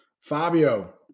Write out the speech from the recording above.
Fabio